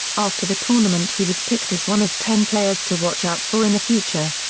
after the tournament he was picked as one of ten players to watch out for in the future.